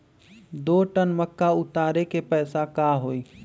दो टन मक्का उतारे के पैसा का होई?